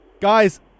Guys